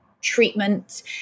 treatment